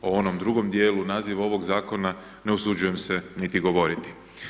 O onom drugom dijelu nazivu ovog zakona ne usuđujem se niti govoriti.